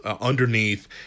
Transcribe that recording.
underneath